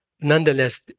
Nonetheless